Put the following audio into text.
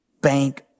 Bank